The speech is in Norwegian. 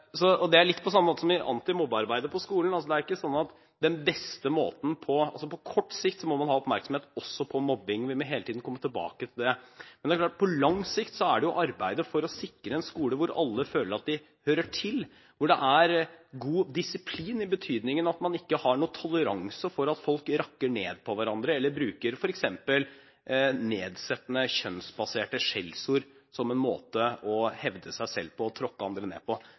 Det er litt på samme måte i antimobbearbeidet på skolen. På kort sikt må man ha oppmerksomhet også på mobbing – vi må hele tiden komme tilbake til det – men det er klart at på lang sikt er arbeidet for å sikre en skole hvor alle føler at de hører til, hvor det er god disiplin, i betydningen at man ikke har noen toleranse for at folk rakker ned på hverandre eller bruker f.eks. nedsettende, kjønnsbaserte skjellsord som en måte å hevde seg selv på og tråkke andre ned på,